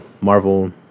Marvel